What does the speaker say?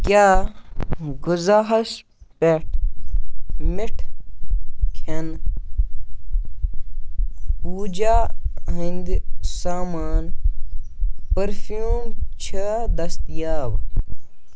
کیٛاہ غٕزہَس پیٚٹھ مِٹھٕ کھیٚن پوٗزا ہِنٛدۍ سامان پٔرفیوٗم چھا دٔستیاب